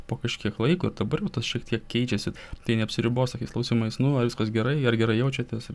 po kažkiek laiko dabar jau tas šiek tiek keičiasi tai neapsiribos tokiais klausimais nu ar viskas gerai ar gerai jaučiatės